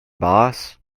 boss